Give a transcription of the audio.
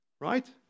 Right